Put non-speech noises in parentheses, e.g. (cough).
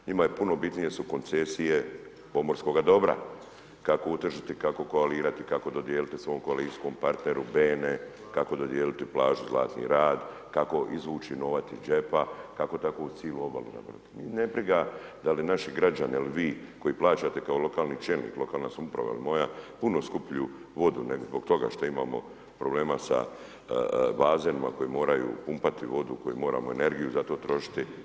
Njima je puno bitnije su koncesije pomorskoga dobra, kako utržiti, kako koalirati, kako dodijeliti svom koalicijskom partneru Bene, kako dodijeliti plažu Zlatni rat, kako izvući novac iz džepe, kako takvu cijelu obalu ... (unintelligible) Njih ne briga da li naši građani ili vi koji plaćate kao lokalni čelnik, lokalna samouprava ili moja puno skuplju vodu zbog toga što imamo problema sa bazenima koji moraju pumpati vodu, koji moramo energiju za to trošiti.